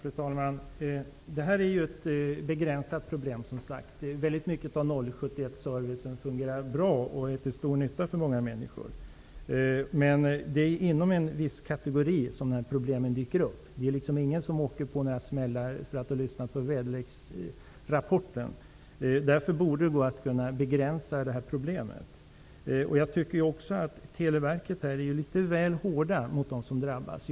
Fru talman! Det här är ju ett begränsat problem. Väldigt mycket av 071-servicen fungerar bra och är till stor nytta för många. Men det är inom en viss kategori som problemen dyker upp. Ingen åker på några smällar genom att lyssna på väderleksrapporten. Därför borde det gå att begränsa problemet. Jag tycker att Televerket är litet väl hårt mot dem som drabbas.